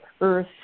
earth